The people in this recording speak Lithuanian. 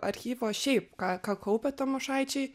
archyvo šiaip ką ką kaupė tamošaičiai